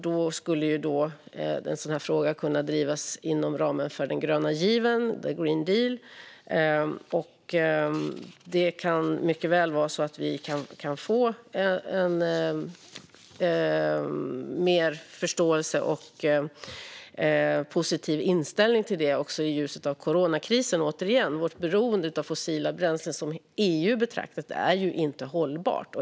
Då skulle en sådan fråga kunna drivas inom ramen för den gröna given, the Green Deal. Det kan mycket väl vara så att vi kan få mer förståelse och en positiv inställning till detta i ljuset av coronakrisen. Återigen: Vårt beroende av fossila bränslen, betraktat utifrån EU, är inte hållbart.